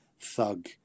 thug